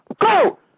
Go